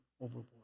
overboard